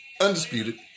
Undisputed